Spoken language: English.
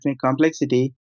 complexity